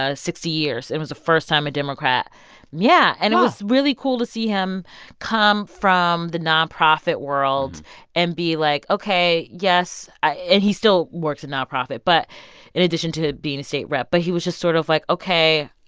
ah sixty years. it and was the first time a democrat yeah and it was really cool to see him come from the nonprofit world and be like, ok, yes. and he still works in nonprofit, but in addition to being a state rep. but he was just sort of like, ok.